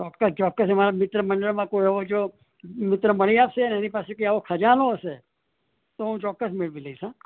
ચોક્કસ ચોક્કસ જે મારા મિત્ર મંડળમાં કોઈ એવો જો મિત્ર મળી આવશે ને એની પાસે આવો ખજાનો હશે તો હું ચોક્કસ મેળવી લઇશ હા